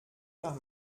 nach